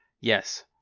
Yes